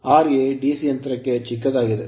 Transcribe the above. ra DC ಯಂತ್ರಕ್ಕೆ ಬಹಳ ಚಿಕ್ಕದಾಗಿದೆ